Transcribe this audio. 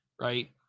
right